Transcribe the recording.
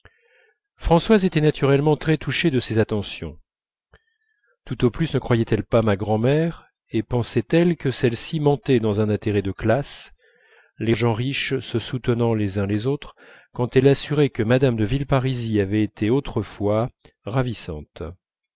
françoise était naturellement très touchée de ces attentions tout au plus ne croyait-elle pas ma grand'mère et pensait-elle que celle-ci mentait dans un intérêt de classe les gens riches se soutenant les uns les autres quand elle assurait que mme de villeparisis avait été autrefois ravissante